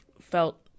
felt